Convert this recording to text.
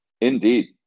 Indeed